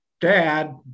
dad